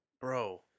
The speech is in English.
Bro